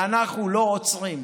ואנחנו לא עוצרים,